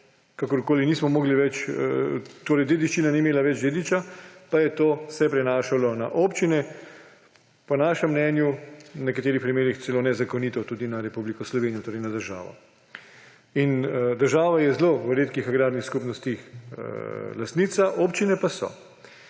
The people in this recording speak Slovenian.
nekaterih primerih, ko pa dediščina ni imela več dediča, pa se je to prenašalo na občine, po našem mnenju v nekaterih primerih celo nezakonito tudi na Republiko Slovenijo, torej na državo. Država je v zelo redkih agrarnih skupnostih lastnica, občine pa so.